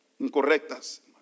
incorrectas